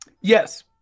Yes